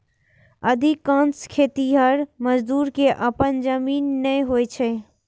अधिकांश खेतिहर मजदूर कें अपन जमीन नै होइ छै